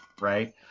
Right